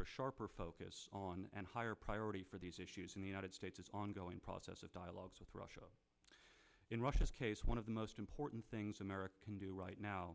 a sharper focus on and higher priority for these issues in the united states is ongoing process of dialogue with russia in russia's case one of the most important things america can do right now